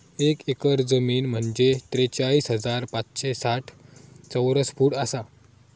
एक एकर जमीन म्हंजे त्रेचाळीस हजार पाचशे साठ चौरस फूट आसा